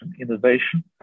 Innovation